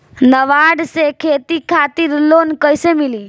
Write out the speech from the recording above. नाबार्ड से खेती खातिर लोन कइसे मिली?